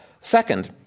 Second